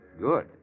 good